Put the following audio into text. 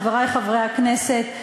חברי חברי הכנסת,